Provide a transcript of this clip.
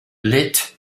lit